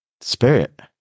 spirit